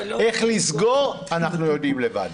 איך לסגור אנחנו יודעים לבד.